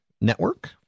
network